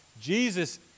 Jesus